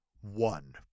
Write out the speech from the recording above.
one